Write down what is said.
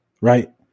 right